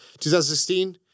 2016